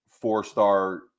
four-star